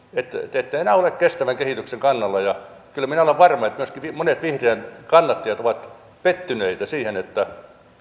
te ette enää ole kestävän kehityksen kannalla ja kyllä minä olen varma että myöskin monet vihreiden kannattajat ovat pettyneitä siihen että